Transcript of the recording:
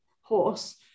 horse